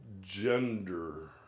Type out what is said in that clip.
gender